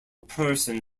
person